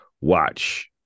watch